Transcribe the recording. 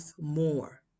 more